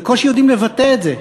בקושי יודעים לבטא את זה,